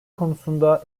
konusunda